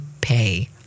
pay